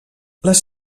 les